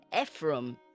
Ephraim